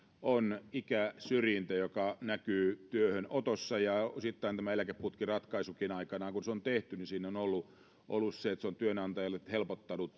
on ikäsyrjintä joka näkyy työhönotossa ja osittain tässä eläkeputkiratkaisussakin aikanaan kun se on tehty on ollut ollut se että se on työnantajalle helpottanut